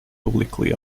publicly